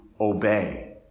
obey